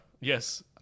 yes